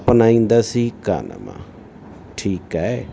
अपनाईंदुसि ई कोन्ह मां ठीकु आहे